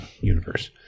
universe